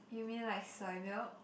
you mean like soy milk